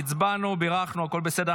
הצבענו, בירכנו, הכול בסדר.